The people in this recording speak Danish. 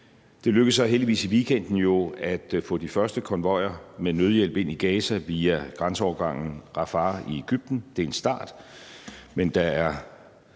Det lykkedes jo så heldigvis i weekenden at få de første konvojer med nødhjælp ind i Gaza via grænseovergangen Rafah fra Egypten, og det er en start. Men der er